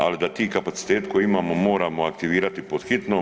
Ali da ti kapaciteti koje imamo moramo aktivirati pod hitno.